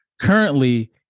Currently